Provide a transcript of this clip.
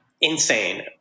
Insane